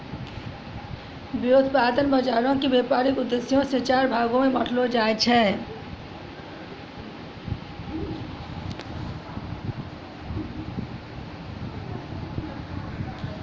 व्युत्पादन बजारो के व्यपारिक उद्देश्यो से चार भागो मे बांटलो जाय छै